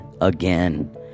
again